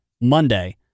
Monday